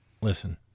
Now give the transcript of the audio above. Listen